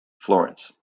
florence